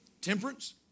Temperance